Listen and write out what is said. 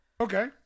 Okay